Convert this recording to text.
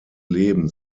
leben